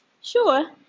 Sure